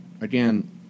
again